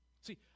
See